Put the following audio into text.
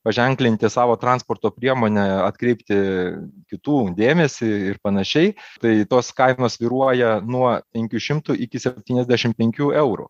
paženklinti savo transporto priemonę atkreipti kitų dėmesį ir panašiai tai tos kainos svyruoja nuo penkių šimtų iki septyniasdešim penkių eurų